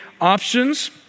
options